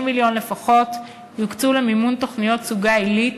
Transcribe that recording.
90 מיליון לפחות יוקצו למימון תוכניות סוגה עילית,